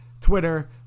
Twitter